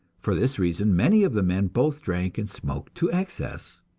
for this reason many of the men both drank and smoked to excess,